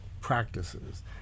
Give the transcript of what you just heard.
practices